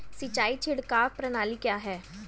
सिंचाई छिड़काव प्रणाली क्या है?